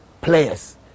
players